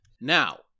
now